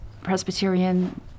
Presbyterian